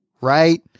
right